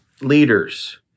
leaders